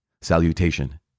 Salutation